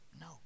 No